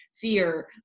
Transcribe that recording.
fear